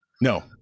No